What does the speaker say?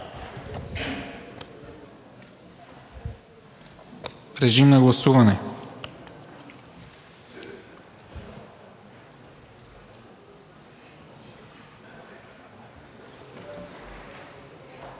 Режим на гласуване.